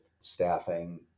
staffing